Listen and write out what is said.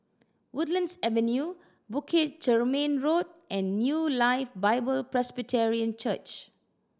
Woodlands Avenue Bukit Chermin Road and New Life Bible Presbyterian Church